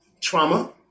trauma